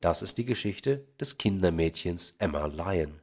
das ist die geschichte des kindermädchen emma lyon